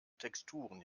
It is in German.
texturen